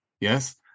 Yes